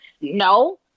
no